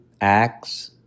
Acts